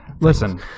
Listen